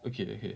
okay okay